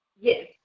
Yes